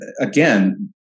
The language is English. again